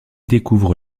découvre